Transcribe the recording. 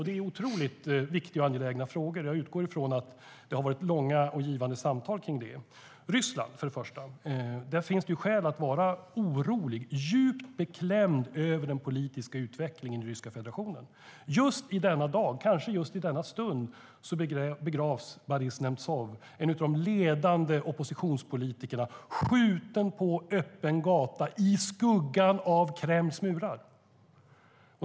Det är otroligt viktiga och angelägna frågor, och jag utgår från att det har varit långa och givande samtal om dem. När det gäller Ryssland finns det skäl att vara orolig för och djupt beklämd över den politiska utvecklingen i Ryska federationen. I dag, kanske just i denna stund, begravs Boris Nemtsov, en av de ledande oppositionspolitikerna. Han blev skjuten på öppen gata i skuggan av Kremls murar.